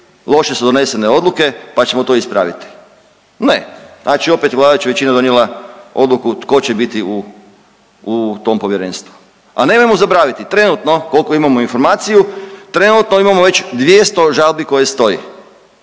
Loše su donesene odluke, pa ćemo to ispraviti. Ne, opet je vladajuća većina donijela odluku tko će biti u tom povjerenstvu. A nemojmo zaboraviti trenutno koliko imamo informaciju trenutno imamo već 200 žalbi koje stoje.